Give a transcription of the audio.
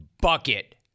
Bucket